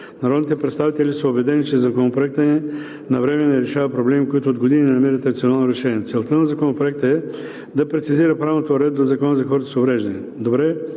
Народните представители са убедени, че Законопроектът е навременен и решава проблеми, които от години не намират рационално решение. Целта на Законопроекта е да прецизира правната уредба в Закона за хората с увреждания.